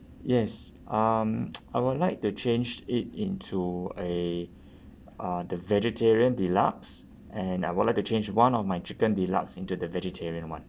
yes um I would like to change it into a uh the vegetarian deluxe and I would like to change one of my chicken deluxe into the vegetarian [one]